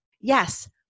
Yes